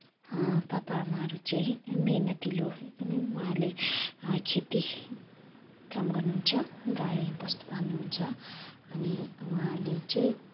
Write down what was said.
पापा आमाहरू चाहिँ मेहनतिलो एकदमै उहाँहरूले खेति काम गर्नु हुन्छ गाईवस्तु पाल्नुहुन्छ अनि उहाँहरूले चाहिँ